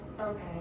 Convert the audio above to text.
okay